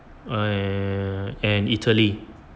err and italy